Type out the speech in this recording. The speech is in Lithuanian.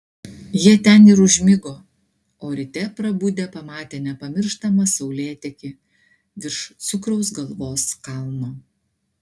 jie ten ir užmigo o ryte prabudę pamatė nepamirštamą saulėtekį virš cukraus galvos kalno